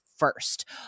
first